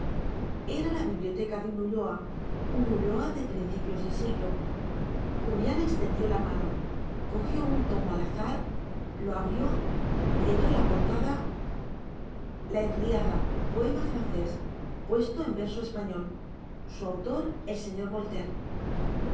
era la biblioteca de un ulloa un ulloa de principios del siglo julián extendió la mano cogió un tomo al azar lo abrió leyó la portada la henriada poema francés puesto en verso español su autor el señor